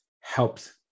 helped